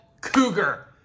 Cougar